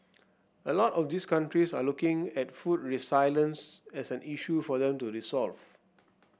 a lot of these countries are looking at food resilience as an issue for them to resolve